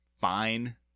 fine